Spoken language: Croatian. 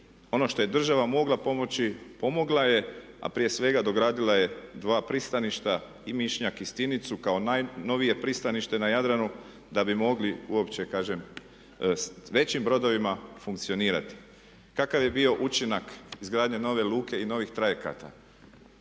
ono što je država mogla pomoći pomogla je, a prije svega dogradila je dva pristaništa i Mišnjak i Stinicu kao najnovije pristanište na Jadranu da bi mogli uopće, kažem s većim brodovima funkcionirati. Kakav je bio učinak izgradnje nove luke i novih trajekata?